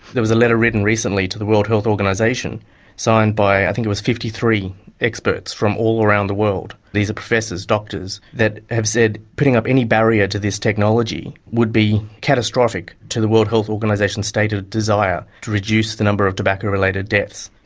there was a letter written recently to the world health organisation signed by i think it was fifty three experts from all around the world, these are professors, doctors, that have said putting up any barrier to this technology would be catastrophic to the world health organisation's stated desire to reduce the number of tobacco related deaths.